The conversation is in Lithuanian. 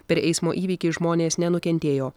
per eismo įvykį žmonės nenukentėjo